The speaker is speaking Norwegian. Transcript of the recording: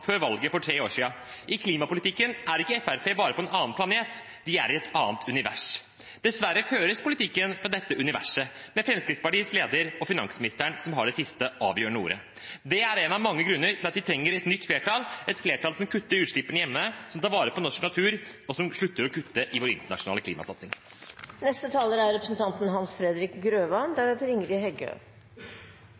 før valget for tre år siden: I klimapolitikken er ikke Fremskrittspartiet bare på en annen planet, de er i et annet univers. Dessverre føres politikken fra dette universet, med Fremskrittspartiets leder og finansministeren som har det siste, avgjørende ordet. Det er en av mange grunner til at vi trenger et nytt flertall, et flertall som kutter utslippene hjemme, som tar vare på norsk natur, og som slutter å kutte i vår internasjonale klimasatsing. Det har vært krevende forhandlinger som til slutt førte fram til enighet. Fra Kristelig Folkepartis side er